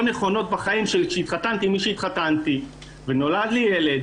נכונות בחיים שלי כשהתחתנתי עם מי שהתחתנתי ונולד לי ילד